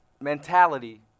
mentality